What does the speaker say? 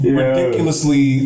ridiculously